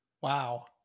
wow